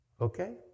Okay